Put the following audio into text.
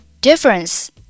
Difference